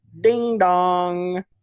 ding-dong